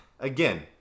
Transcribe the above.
Again